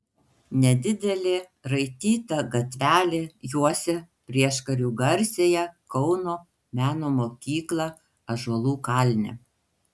nedidelė raityta gatvelė juosia prieškariu garsiąją kauno meno mokyklą ąžuolų kalne